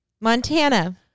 Montana